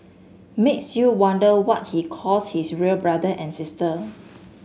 makes you wonder what he calls his real brother and sister